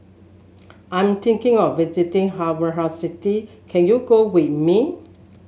I'm thinking of visiting Afghanistan city can you go with me